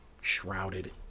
shrouded